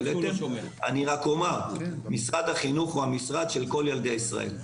אני רק אומר: משרד החינוך הוא המשרד של כל ילדי ישראל.